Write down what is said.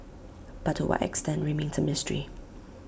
but to what extent remains A mystery